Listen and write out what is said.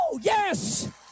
Yes